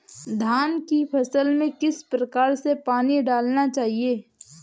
धान की फसल में किस प्रकार से पानी डालना चाहिए?